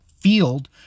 field